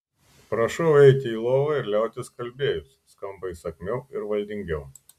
prašau eiti į lovą ir liautis kalbėjus skamba įsakmiau ir valdingiau